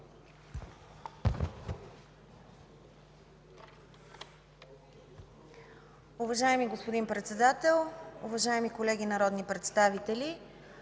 Уважаеми господин Председател, уважаеми колеги народни представители!